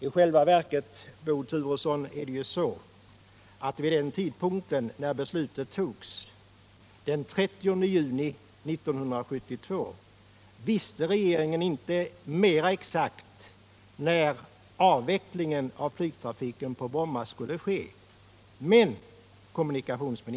I själva verket var det så, Bo Turesson, att när beslutet Torsdagen den fattades den 30 juni 1972 visste regeringen inte exakt när avvecklingen 15 december 1977 av flygtrafiken på Bromma skulle ske.